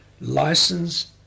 licensed